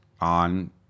on